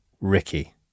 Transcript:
Ricky